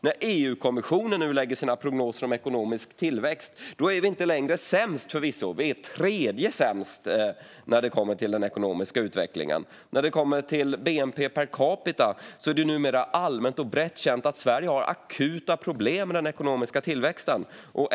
När EU-kommissionen nu gör sina prognoser om ekonomisk tillväxt är vi förvisso inte längre sämst men tredje sämst. När det kommer till bnp per capita är det numera allmänt och brett känt att Sverige har akuta problem med den ekonomiska tillväxten.